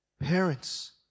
Parents